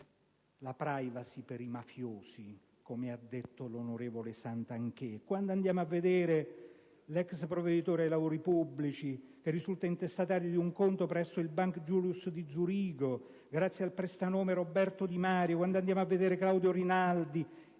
la *privacy* per i mafiosi, come ha detto l'onorevole Santanché! Quando andiamo a vedere l'ex provveditore ai lavori pubblici che risulta intestatario di un conto presso il Bank Julius Baer di Zurigo grazie al prestanome Roberto Di Mario; quando andiamo a vedere Claudio Rinaldi,